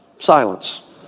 Silence